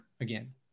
again